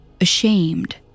Ashamed